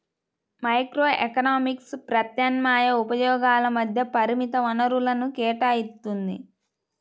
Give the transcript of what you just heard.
microeconomics ప్రత్యామ్నాయ ఉపయోగాల మధ్య పరిమిత వనరులను కేటాయిత్తుంది